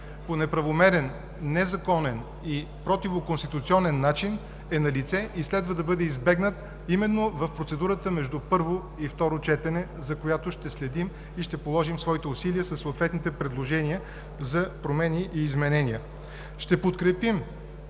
по неправомерен, незаконен и противоконституционен начин е налице и следва да бъде избегнат именно в процедурата между първо и второ четене, за която ще следим и ще положим своите усилия със съответните предложения за промени и изменения. Ще подкрепим